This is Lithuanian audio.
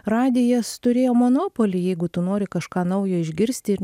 radijas turėjo monopolį jeigu tu nori kažką naujo išgirsti ir